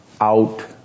out